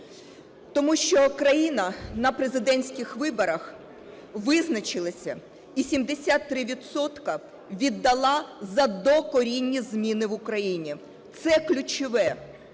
тому що країна на президентських виборах визначилася і 73 відсотки віддала за докорінні зміни в Україні. Це ключове.